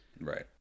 Right